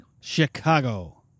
Chicago